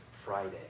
friday